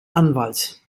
anwalt